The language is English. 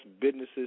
businesses